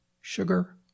sugar